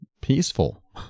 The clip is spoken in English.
peaceful